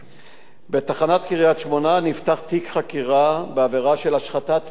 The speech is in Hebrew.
בתחנת קריית-שמונה נפתח תיק חקירה בעבירה של השחתת פני מקרקעין.